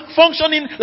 functioning